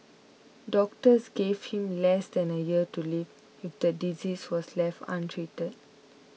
doctors gave him less than a year to live if the disease was left untreated